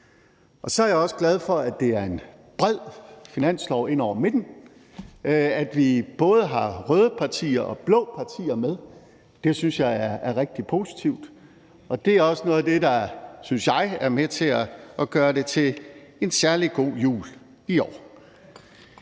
for. Jeg er også glad for, at det er en bred finanslov ind over midten, altså at vi både har røde partier og blå partier med. Det synes jeg er rigtig positivt. Det er også noget af det, der, synes jeg, er med til at gøre det til en særlig god jul i år.